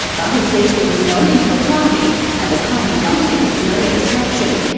but he says there was no impropriety and the party dumped him fearing a distraction.